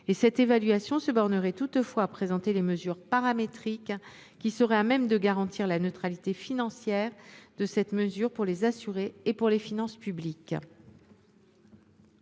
Cette évaluation serait toutefois limitée à la présentation des mesures paramétriques qui seraient à même de garantir la neutralité financière de la réforme pour les assurés et pour les finances publiques.